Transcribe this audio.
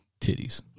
titties